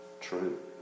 true